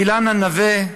אילנה נבעה,